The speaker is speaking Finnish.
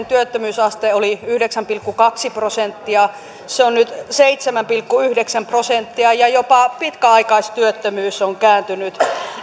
työttömyysaste oli yhdeksän pilkku kaksi prosenttia se on nyt seitsemän pilkku yhdeksän prosenttia ja jopa pitkäaikaistyöttömyys on kääntynyt